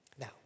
Now